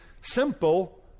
Simple